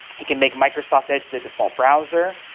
he can make microsoft edge their default browser,